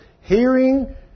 Hearing